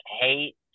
hate